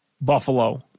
Buffalo